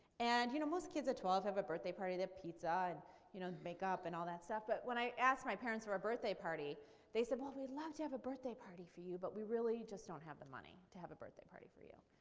and you know most kids at twelve have a birthday party they pizza and you know makeup and all that stuff. but when i asked my parents for a birthday party they said, well, we'd love to have a birthday party for you but we really just don't have the money to have a birthday party for you.